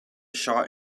shot